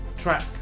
track